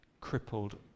crippled